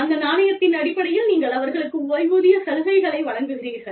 அந்த நாணயத்தின் அடிப்படையில் நீங்கள் அவர்களுக்கு ஓய்வூதிய சலுகைகளை வழங்குகிறீர்கள்